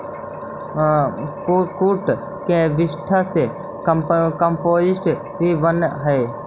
कुक्कुट के विष्ठा से कम्पोस्ट भी बनअ हई